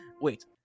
Wait